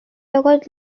লগত